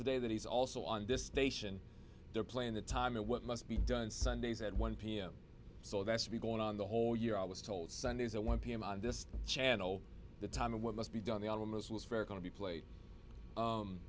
today that he's also on this station they're playing the time in what must be done sundays at one pm so that should be going on the whole year i was told sundays at one pm on this channel the time of what must be done the almost was fair going to be played